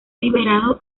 liberado